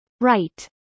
Right